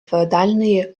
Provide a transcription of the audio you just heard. феодальної